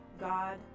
God